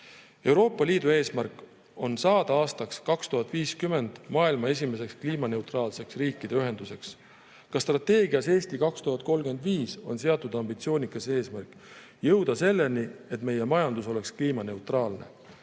nišši. Euroopa Liidu eesmärk on saada aastaks 2050 maailma esimeseks kliimaneutraalseks riikide ühenduseks. Ka strateegias "Eesti 2035" on seatud ambitsioonikas eesmärk: jõuda selleni, et meie majandus oleks kliimaneutraalne.